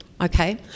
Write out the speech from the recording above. okay